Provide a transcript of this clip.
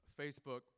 Facebook